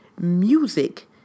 music